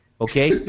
okay